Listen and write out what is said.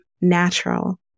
natural